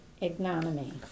ignominy